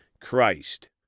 Christ